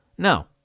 No